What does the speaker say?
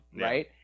right